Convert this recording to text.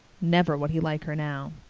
never would he like her now.